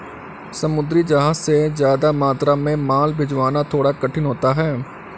समुद्री जहाज से ज्यादा मात्रा में माल भिजवाना थोड़ा कठिन होता है